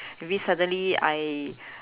maybe suddenly I